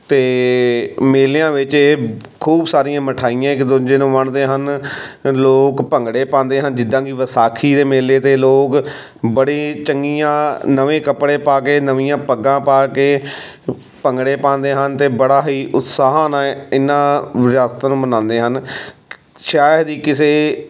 ਅਤੇ ਮੇਲਿਆਂ ਵਿੱਚ ਇਹ ਖੂਬ ਸਾਰੀਆਂ ਮਿਠਾਈਆਂ ਇੱਕ ਦੂਜੇ ਨੂੰ ਵੰਡਦੇ ਹਨ ਲੋਕ ਭੰਗੜੇ ਪਾਉਂਦੇ ਹਨ ਜਿੱਦਾਂ ਕਿ ਵਿਸਾਖੀ ਦੇ ਮੇਲੇ 'ਤੇ ਲੋਕ ਬੜੀ ਚੰਗੀਆਂ ਨਵੇਂ ਕੱਪੜੇ ਪਾ ਕੇ ਨਵੀਆਂ ਪੱਗਾਂ ਪਾ ਕੇ ਭੰਗੜੇ ਪਾਉਂਦੇ ਹਨ ਅਤੇ ਬੜਾ ਹੀ ਉਤਸ਼ਾਹ ਨਾਲ ਹੈ ਇੰਨਾ ਰਿਆਸਤ ਨੂੰ ਮਨਾਉਂਦੇ ਹਨ ਸ਼ਾਇਦ ਹੀ ਕਿਸੇ